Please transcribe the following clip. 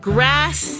Grass